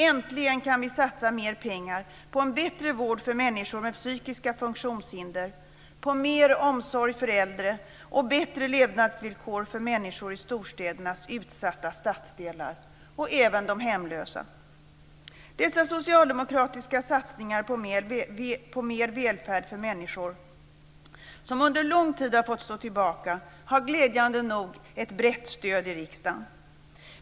Äntligen kan vi satsa mer pengar på en bättre vård för människor med psykiska funktionshinder, på mer omsorg för äldre och bättre levnadsvillkor för människor i storstädernas utsatta stadsdelar och även för de hemlösa. Dessa socialdemokratiska satsningar på mer välfärd för människor, som under lång tid har fått stå tillbaka, har glädjande nog ett brett stöd i riksdagen.